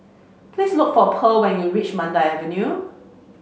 please look for Pearl when you reach Mandai Avenue